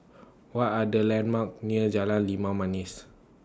What Are The landmarks near Jalan Limau Manis